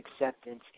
acceptance